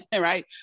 right